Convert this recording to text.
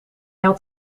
had